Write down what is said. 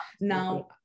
now